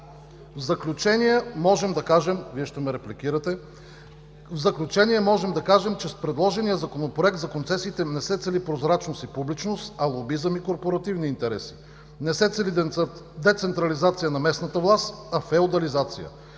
– Вие ще ме репликирате – че с предложения Законопроект за концесиите не се цели прозрачност и публичност, а лобизъм и корпоративни интереси; не се цели децентрализация на местната власт, а феодализация;